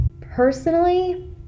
Personally